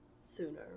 sooner